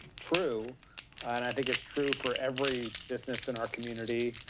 true. and i think it's true for every business in our community.